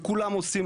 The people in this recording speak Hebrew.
וכולם עושים.